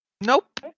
Nope